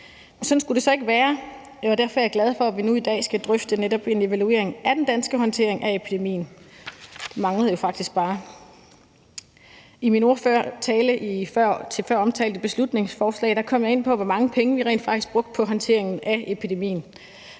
Sådan skulle det så ikke være. Det er derfor, at jeg er glad for, er vi nu i dag skal drøfte netop en evaluering af den danske håndtering af epidemien. Det manglede jo faktisk bare. I min ordførertale til føromtalte beslutningsforslag kom jeg ind på, hvor mange penge vi rent faktisk brugte på håndteringen af epidemien,